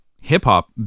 hip-hop